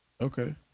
Okay